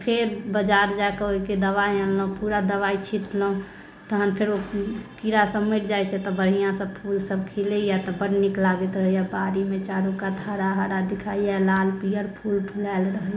तऽ फेर बाजार जाके ओहिके दवाइ अनलहुँ पूरा दवाइ छीटलहुँ तहन फेर ओ कीड़ा सब मरि जाइत छै तब बढ़िआँ से फूल सब खिलैया तऽ बड़ नीक लागैत रहैया बाड़ीमे चारू कात हरा हरा दिखाइया लाल पीयर फूल फूलायल रहैया